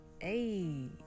Hey